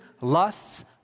lusts